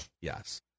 Yes